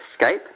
Escape